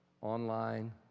online